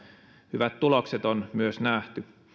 hyvät tulokset on myös nähty